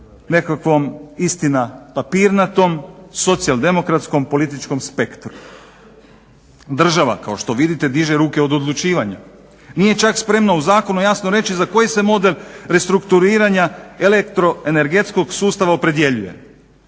nekakvom istina papirnatom socijaldemokratskom političkom spektru. Država kao što vidite diže ruke od odlučivanja. Nije čak spremna u zakonu jasno reći za koji se model restrukturiranja elektroenergetskog sustava opredjeljuje.